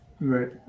Right